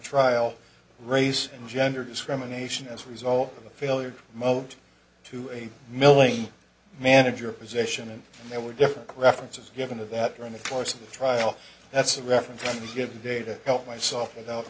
rial race and gender discrimination as a result of a failure mode to a milling manager position and there were different references given to that during the course of the trial that's a reference given data help myself with